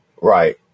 Right